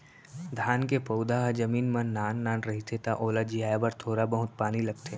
धान के पउधा ह जमीन म नान नान रहिथे त ओला जियाए बर थोर बहुत पानी लगथे